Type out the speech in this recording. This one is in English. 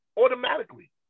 Automatically